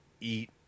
eat